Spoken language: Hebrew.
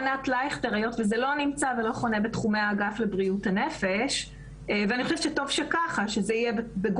היות וזה לא חונה בתחומי האגף לבריאות הנפש נמצאת פה ענת לייכטר.